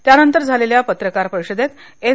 त्यानंतर झालेल्या पत्रकार परिषदेत एन